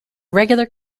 regular